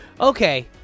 Okay